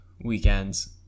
weekends